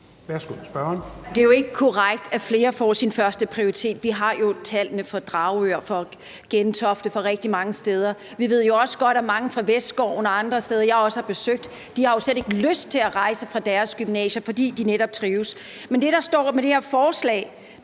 Det er jo ikke korrekt, at flere får deres førsteprioritet. Vi har jo tallene for Dragør og fra Gentofte og fra rigtig mange steder. Vi ved jo også godt, at mange fra Vestskoven og andre steder, jeg også har besøgt, jo slet ikke har lyst til rejse fra deres gymnasier, fordi de netop trives. Men det, der står i det her forslag,